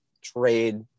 trade